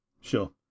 Sure